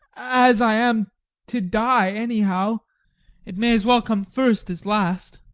as i am to die anyhow it may as well come first as last!